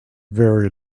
very